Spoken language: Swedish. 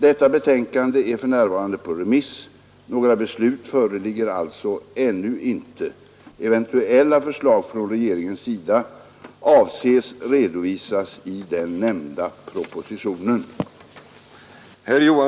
Detta betänkande är för närvarande på remiss. Några beslut föreligger alltså ännu inte. Eventuella förslag från regeringens sida avses redovisas i den nämnda propositionen.